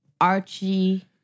Archie